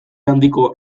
handiko